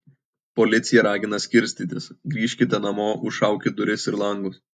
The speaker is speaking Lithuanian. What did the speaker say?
policija ragina skirstytis grįžkite namo užšaukit duris ir langus